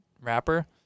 wrapper